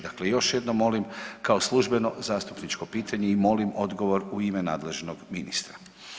Dakle, još jednom molim kao službeno zastupničko pitanje i molim odgovor u ime nadležnog ministra.